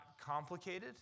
complicated